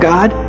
God